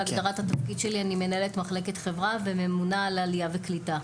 בהגדרת התפקיד שלי אני מנהלת מחלקת חברה וממונה על עלייה וקליטה.